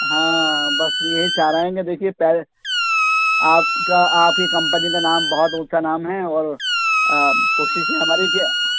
ہاں بس یہی چاہ رہے ہیں کہ دیکھیے پہلے آپ کا آپ کی کمپنی کا نام بہت اونچا نام ہے اور کوشش تھی ہماری کہ